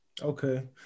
Okay